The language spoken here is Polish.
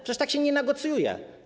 Przecież tak się nie negocjuje.